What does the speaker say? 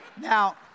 Now